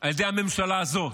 על ידי הממשלה הזאת,